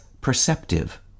perceptive